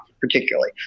particularly